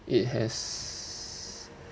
it has